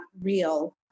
real